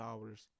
hours